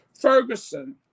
Ferguson